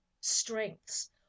strengths